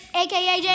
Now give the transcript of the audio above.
aka